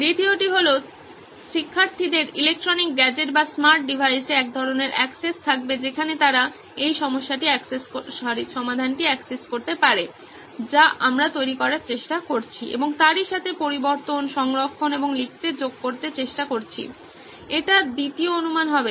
দ্বিতীয় হল শিক্ষার্থীদের ইলেকট্রনিক গ্যাজেটে বা স্মার্ট ডিভাইসে একধরনের অ্যাক্সেস থাকবে যেখানে তারা এই সমাধানটি অ্যাক্সেস করতে পারে যা আমরা তৈরি করার চেষ্টা করছি এবং তারই সাথে পরিবর্তন সংরক্ষণ এবং লিখতে যোগ করতে চেষ্টা করছি এটা দ্বিতীয় অনুমান হবে